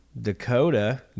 Dakota